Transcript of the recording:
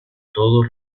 todos